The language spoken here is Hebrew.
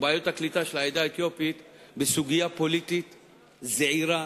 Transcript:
בעיות הקליטה של העדה האתיופית בסוגיה פוליטית זעירה,